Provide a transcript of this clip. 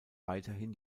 weiterhin